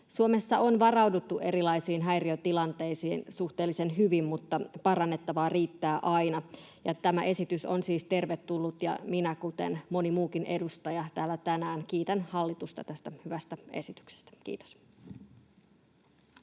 Suomessa on varauduttu erilaisiin häiriötilanteisiin suhteellisen hyvin, mutta parannettavaa riittää aina. Tämä esitys on siis tervetullut, ja minä — kuten moni muukin edustaja täällä tänään — kiitän hallitusta tästä hyvästä esityksestä. — Kiitos.